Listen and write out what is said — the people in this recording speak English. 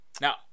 Now